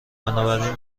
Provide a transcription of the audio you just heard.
بنابراین